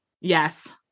yes